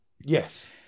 Yes